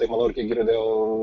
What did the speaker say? tai manau ir kiek girdėjau